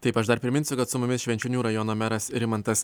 taip aš dar priminsiu kad su mumis švenčionių rajono meras rimantas